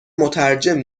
مترجم